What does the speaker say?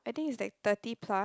I think it's like thirty plus